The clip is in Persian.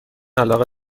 علاقه